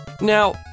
Now